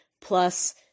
plus